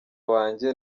wanjye